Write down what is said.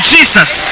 Jesus